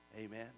Amen